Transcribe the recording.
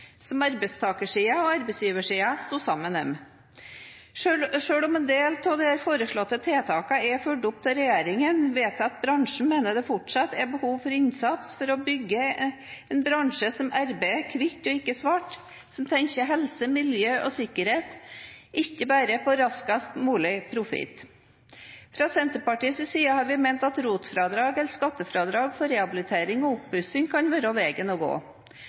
som arbeidstaker- og arbeidsgiversiden sto sammen om. Selv om en del av de foreslåtte tiltakene er fulgt opp av regjeringen, vet jeg at bransjen mener det fortsatt er behov for innsats for å bygge en bransje som arbeider hvitt og ikke svart, som tenker helse, miljø og sikkerhet, ikke bare på raskest mulig profitt. Fra Senterpartiets side har vi ment at ROT-fradrag, eller skattefradrag for rehabilitering og oppussing, kan være veien å gå.